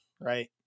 right